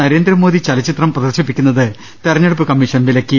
നരേ ന്ദ്രമോദി ചലച്ചിത്രം പ്രദർശിപ്പിക്കുന്നത് തിരഞ്ഞെടുപ്പ് കമ്മിഷൻ വിലക്കി